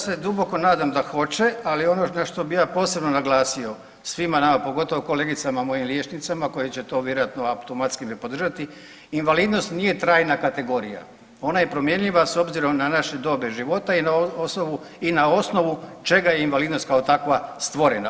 Ja se duboko nadam da hoće, ali ono na što bih ja posebno naglasio svima nama, pogotovo kolegicama mojim liječnicama koje će to vjerojatno automatski me podržati, invalidnost nije trajna kategorija, ona je promjenjiva s obzirom na naše dobe života i na osnovu čega je invalidnost kao takva stvorena.